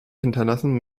hinterlassen